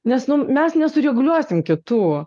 nes nu mes nesureguliuosim kitų